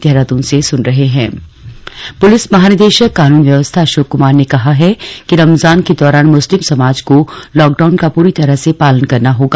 Ramzan police महानिदेशक कानून व्यवस्था अशोक कुमार ने कहा है कि रमजान के दौरान मुस्लिम समाज को लॉकडाउन का पूरी तरह से पालन करना होगा